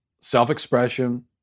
self-expression